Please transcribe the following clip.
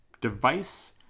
device